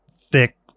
thick